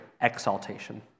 exaltation